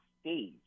stage